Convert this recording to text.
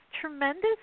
tremendous